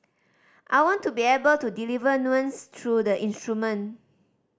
I want to be able to deliver nuance through the instrument